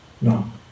No